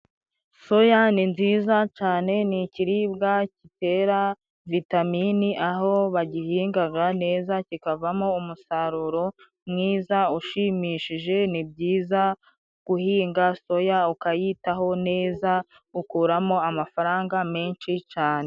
Soya ni nziza cane, ni ikiribwa gitera vitamine, aho bagihingaga neza kikavamo umusaruro mwiza ushimishije, ni byiza guhinga soya ukayitaho neza, ukuramo amafaranga menshi cane.